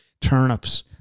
turnips